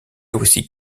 aussi